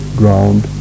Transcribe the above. ground